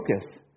focus